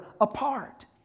apart